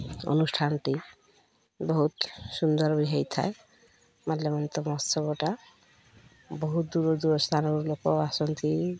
ଅନୁଷ୍ଠାନଟି ବହୁତ ସୁନ୍ଦର ବି ହେଇଥାଏ ମାଲ୍ୟବନ୍ତ ମହୋତ୍ସବଟା ବହୁତ ଦୂର ଦୂର ସ୍ଥାନରୁ ଲୋକ ଆସନ୍ତି